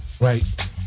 Right